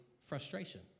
frustration